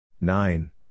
Nine